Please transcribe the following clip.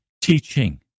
teaching